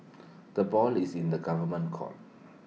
the ball is in the government's court